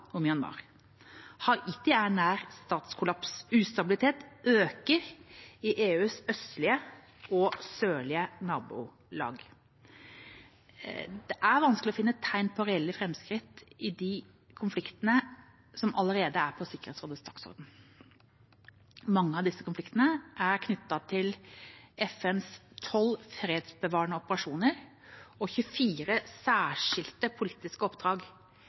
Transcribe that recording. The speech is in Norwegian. og Myanmar. Haiti er nær statskollaps. Ustabiliteten øker i EUs østlige og sørlige nabolag. Det er vanskelig å finne tegn på reelle framskritt i de konfliktene som allerede er på Sikkerhetsrådets dagsorden. Mange av disse konfliktene er knyttet til FNs 12 fredsbevarende operasjoner og 24 særskilte politiske oppdrag.